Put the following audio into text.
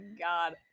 god